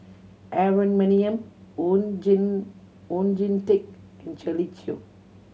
Aaron Maniam Oon Jin Oon Jin Teik and Shirley Chew